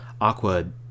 Aqua